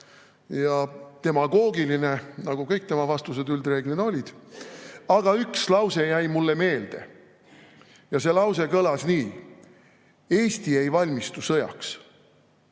ja demagoogiline, nagu kõik tema vastused üldreeglina olid. Aga üks lause jäi mulle meelde. See lause kõlas nii: "Eesti ei valmistu sõjaks."